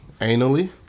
anally